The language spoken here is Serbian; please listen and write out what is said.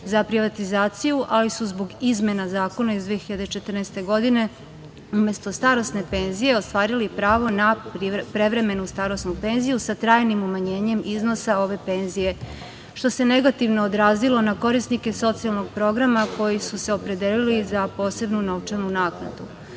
za privatizaciju, ali su zbog izmena zakona iz 2014. godine umesto starosne penzije ostvarili pravo na prevremenu starosnu penziju sa trajnim umanjenjem iznosa ove penzije, što se negativno odrazilo na korisnike socijalnog programa koji su se opredelili za posebnu novčanu naknadu. Sada